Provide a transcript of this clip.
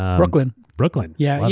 brooklyn. brooklyn? yeah.